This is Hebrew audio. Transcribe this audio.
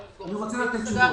אני רוצה לתת תשובות.